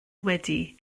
wedi